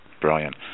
Brilliant